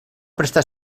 prestar